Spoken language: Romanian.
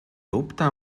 lupta